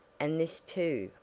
and this too,